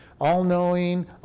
all-knowing